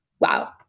wow